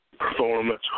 performance